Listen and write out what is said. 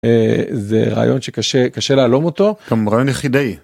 זה רעיון שקשה קשה להעלום אותו, כמובן יחידי.